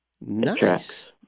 Nice